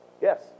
Yes